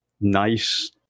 nice